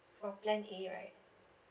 for plan A right